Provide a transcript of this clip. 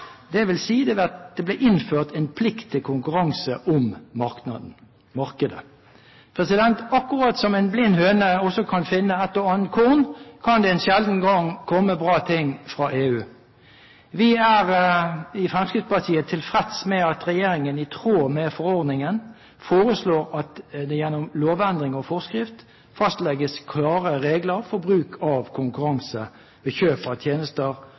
Det vil seia at det vert innført ei plikt til konkurranse om marknaden.» Akkurat som en blind høne også kan finne et og annet korn, kan det en sjelden gang komme bra ting fra EU. Vi i Fremskrittspartiet er tilfreds med at regjeringen i tråd med forordningen foreslår at det gjennom lovendring og forskrift fastlegges klare regler for bruk av konkurranse ved kjøp av tjenester